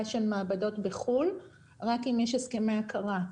של מעבדות בחו"ל רק אם יש הסכמי הכרה.